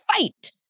fight